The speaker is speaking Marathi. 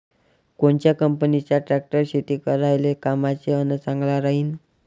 कोनच्या कंपनीचा ट्रॅक्टर शेती करायले कामाचे अन चांगला राहीनं?